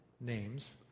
names